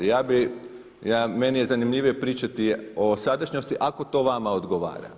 Meni je zanimljivije pričati o sadašnjosti, ako to vama odgovara.